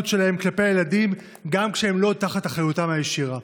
שלכם כלפי הילדים גם כשהם לא תחת אחריותם הישירה.